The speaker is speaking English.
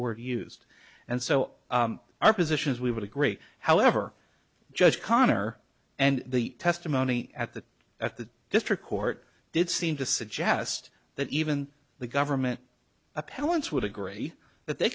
word used and so our position is we would agree however judge connor and the testimony at the at the district court did seem to suggest that even the government appellants would agree that they